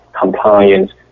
compliance